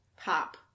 pop